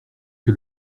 que